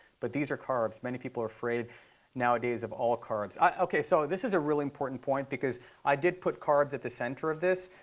but these are carbs. many people are afraid nowadays of all carbs. ok, so this is a really important point, because i did put carbs at the center of this.